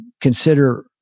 consider